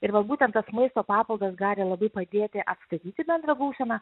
ir va būtent tas maisto papildas gali labai padėti atstatyti bendrą būseną